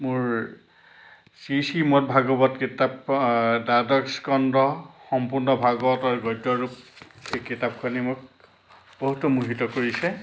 মোৰ শ্ৰী শ্ৰী মদভাগৱত কিতাপ দ্বাদশ স্কন্ধ সম্পূৰ্ণ ভাগৱতৰ গদ্যৰূপ সেই কিতাপখনে মোক বহুতো মোহিত কৰিছে